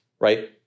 Right